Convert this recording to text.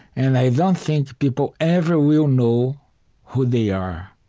and i don't think people ever will know who they are.